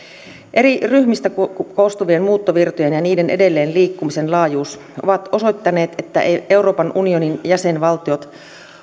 eri ryhmistä koostuvien muuttovirtojen ja niiden edelleen liikkumisen laajuus ovat osoittaneet että eivät euroopan unionin jäsenvaltiot